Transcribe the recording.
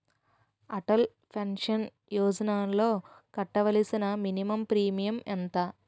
Atal pension యోజనలో కట్టవలసిన minimum premium ఎంత?